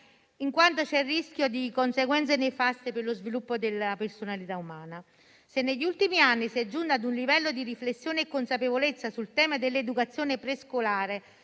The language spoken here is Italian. in quanto c'è il rischio di conseguenze nefaste per lo sviluppo della personalità umana. Se negli ultimi anni si è giunti a un livello di riflessione e consapevolezza sul tema dell'educazione prescolare